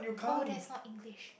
oh that is not English